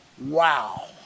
Wow